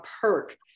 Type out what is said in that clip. perk